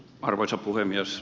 arvoisa puhemies